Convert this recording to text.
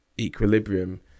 equilibrium